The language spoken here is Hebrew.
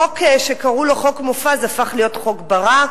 חוק שקראו לו "חוק מופז" הפך להיות "חוק ברק",